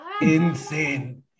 insane